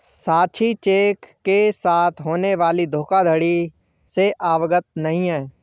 साक्षी cheque के साथ होने वाली धोखाधड़ी से अवगत नहीं है